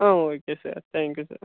ah okay sir thank you sir